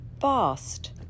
vast